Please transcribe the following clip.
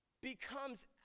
becomes